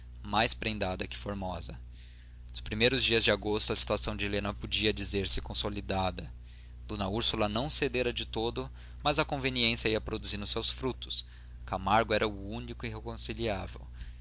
mais prendada que formosa nos primeiros dias de agosto a situação de helena podia dizer-se consolidada d úrsula não cedera de todo mas a convivência ia produzindo seus frutos camargo era o único